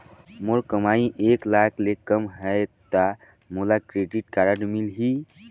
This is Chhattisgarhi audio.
मोर कमाई एक लाख ले कम है ता मोला क्रेडिट कारड मिल ही?